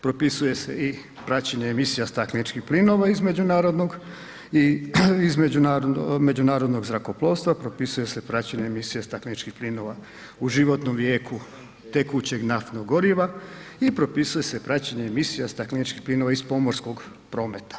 Propisuje se i praćenje emisija stakleničkih plinova iz međunarodnog zrakoplovstva, propisuje se praćenje emisija stakleničkih plinova u životnom vijeku tekućeg naftnog goriva i propisuje se praćenje emisija stakleničkih plinova iz pomorskog prometa.